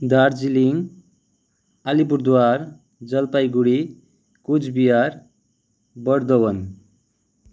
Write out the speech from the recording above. Darjeeling Alipurduar Jalpaiguri किचबिहार Bardhaman